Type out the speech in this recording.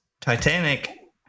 Titanic